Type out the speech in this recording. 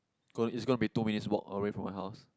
gon~ it's gonna be two minutes walk away from my house